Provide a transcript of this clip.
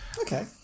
Okay